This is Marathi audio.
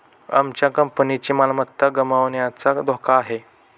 आमच्या कंपनीची मालमत्ता गमावण्याचा धोका आहे